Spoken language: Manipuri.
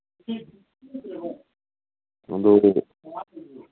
ꯑꯗꯨ